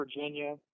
Virginia